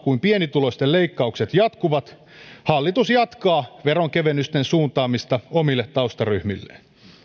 kun pienituloisten leikkaukset jatkuvat hallitus jatkaa veronkevennysten suuntaamista omille taustaryhmilleen